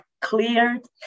cleared